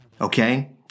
Okay